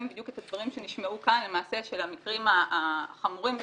בדיוק את הדברים שנשמעו כאן למעשה של המקרים החמורים ביותר: